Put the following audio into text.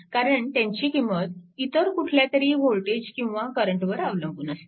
कारण त्यांची किंमत इतर कुठल्यातरी वोल्टेज किंवा करंटवर अवलंबून असते